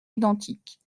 identiques